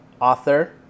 author